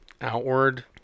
outward